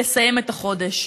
לסיים את החודש.